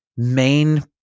Main